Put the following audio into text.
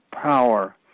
power